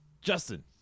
Justin